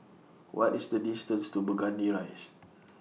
What IS The distance to Burgundy Rise